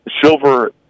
Silver